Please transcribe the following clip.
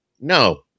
No